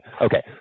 Okay